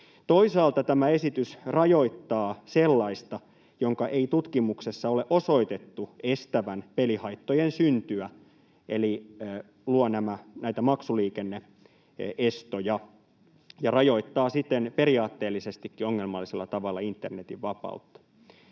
Toisaalta tämä esitys rajoittaa sellaista, jonka ei tutkimuksessa ole osoitettu estävän pelihaittojen syntyä, eli luo maksuliikenne-estoja ja rajoittaa siten periaatteellisestikin ongelmallisella tavalla internetin vapautta.